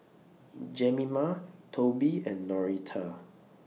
Jemima Toby and Noretta